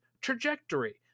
trajectory